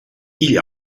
igl